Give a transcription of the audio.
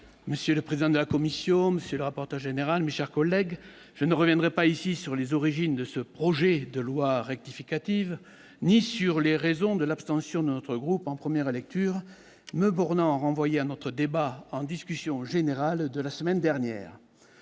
monsieur le président de la Commission, monsieur le rapporteur général mis chers collègues, je ne reviendrai pas ici sur les origines de ce projet de loi rectificative ni sur les raisons de l'abstention de notre groupe en 1ère lecture me bornant renvoyé à notre débat en discussion générale de la semaine dernière,